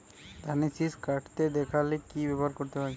ধানের শিষ কাটতে দেখালে কি ব্যবহার করতে হয়?